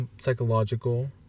psychological